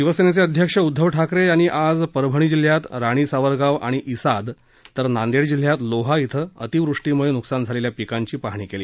शिवसेनेचे अध्यक्ष उद्धव ठाकरे यांनी आज परभरणी जिल्ह्यात राणी सावरगाव आणि इसाद तर नांदेड जिल्ह्यात लोहा इथं अतिवृष्टीमुळे नुकसान झालेल्या पिकाची पाहणी केली